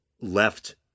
left